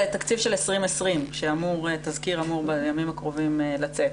לתקציב של 2020 שתזכיר אמור בימים הקרובים לצאת,